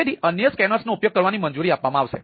તેથી અન્ય સ્કેનર્સનો ઉપયોગ કરવાની મંજૂરી આપવામાં આવશે